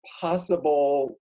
possible